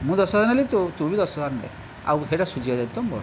ମୁଁ ଦଶ ହଜାର ନେଲି ତୁ ତୁ ବି ଦଶ ହଜାର ନେ ଆଉ ସେଇଟା ଶୁଝିବା ଦାୟିତ୍ୱ ମୋର